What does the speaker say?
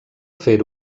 fer